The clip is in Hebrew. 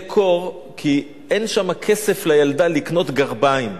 קור כי אין שם כסף לקנות לילדה גרביים.